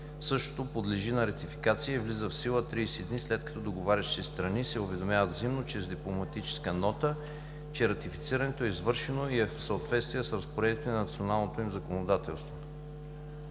същото подлежи на ратификация и влиза в сила 30 дни след като договарящите се страни се уведомят взаимно чрез дипломатическа нота, че ратифицирането е извършено и е в съответствие с разпоредбите на националното им законодателство.